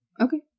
Okay